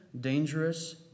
dangerous